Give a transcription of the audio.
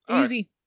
Easy